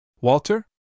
Walter